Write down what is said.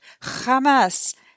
Hamas